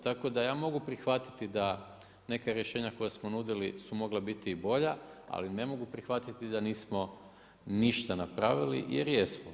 Tako da ja mogu prihvatiti da neka rješenja koja smo nudili su mogla biti i bolja, ali ne mogu prihvatiti da nismo ništa napravili jer jesmo.